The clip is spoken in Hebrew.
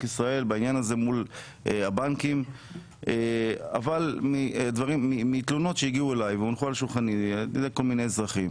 ישראל מול הבנקים אבל מתלונות של אזרחים